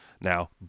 Now